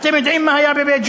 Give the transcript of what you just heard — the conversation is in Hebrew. אתם יודעים מה היה בבית-ג'ן?